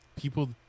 people